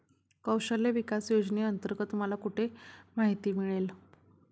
कौशल्य विकास योजनेअंतर्गत मला कुठे माहिती मिळेल?